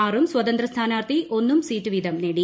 ആറും സ്വതന്ത്രസ്ഥാനാർത്ഥി ഒന്നും സീറ്റ് വീതം നേടി